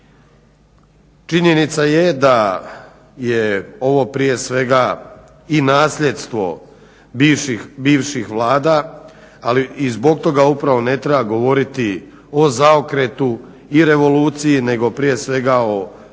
Činjenica je da je ovo prije svega i nasljedstvo bivših Vlada, ali i zbog toga upravo ne treba govoriti o zaokretu i revoluciji nego prije svega o nečemu